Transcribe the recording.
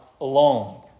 alone